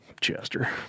Chester